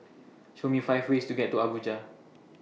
Show Me five ways to get to Abuja